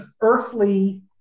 earthly